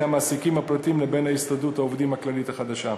המעסיקים הפרטיים ובין הסתדרות העובדים הכללית החדשה.